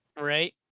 right